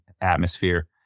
atmosphere